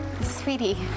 Sweetie